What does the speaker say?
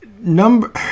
Number